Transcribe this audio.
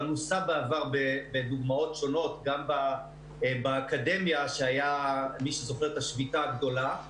נוסה בעבר בדוגמאות שונות גם באקדמיה כשהייתה השביתה הגדולה.